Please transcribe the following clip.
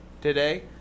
today